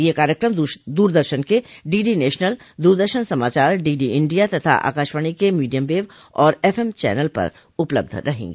यह कार्यक्रम दूरदर्शन के डीडी नेशनल दूरदर्शन समाचार डीडी इंडिया तथा आकाशवाणी के मीडियम वेव और एफएम चैनल पर उपलब्ध रहेगा